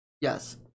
Yes